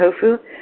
tofu